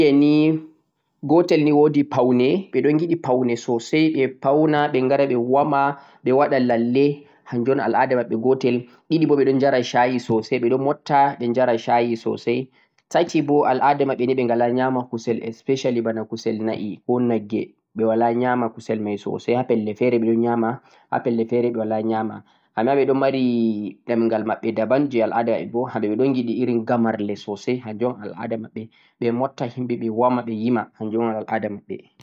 al'ada Indian ni, gotel ni wo'di paune, ɓe ɗon giɗi paune sosai, ɓe pauna ɓe gara ɓe woma ɓe waɗa lalle, hanjum un al'ada maɓɓe gotel, ɗiɗi bo ɓe jara shayi sosai, ɓe ɗo motta ɓe jara shayi sosai, tati bo al'ada maɓɓe ni ɓe gala yama kusel especially, kusel na'i ko nagge, ɓe wala yama kusel mai sosai ha pelle fe're ɓe ɗo yama ha pelle fe're ɓe wala yama, amma ɓe ɗo mari ɗemgal maɓɓe daban, je al'ada maɓɓe bo hamɓe ɓe ɗon giɗi irin gamarle sosai hanjum un al'ada maɓɓe, ɓe motta himɓe ɓe woma, be yima hanjum un al'ada maɓɓe.